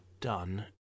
done